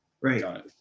Right